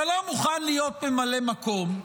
אתה לא מוכן להיות ממלא מקום.